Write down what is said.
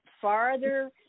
farther